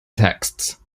texts